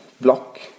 block